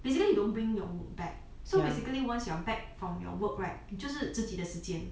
basically you don't bring your work back so basically once you are back from your work right 就是自己的时间